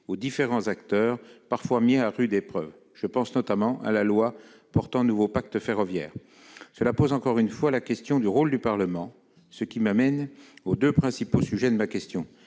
aux différents acteurs, parfois mis à rude épreuve- je pense notamment à la loi pour un nouveau pacte ferroviaire. Cela pose encore une fois la question du rôle du Parlement, ce qui m'amène aux deux principaux sujets de ma question.